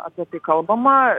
apie tai kalbama